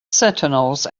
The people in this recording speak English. sentinels